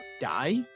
die